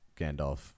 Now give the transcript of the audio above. Gandalf